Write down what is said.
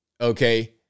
Okay